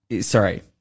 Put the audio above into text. Sorry